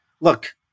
look